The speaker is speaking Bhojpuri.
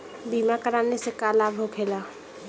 बीमा कराने से का लाभ होखेला?